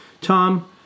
Tom